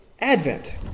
Advent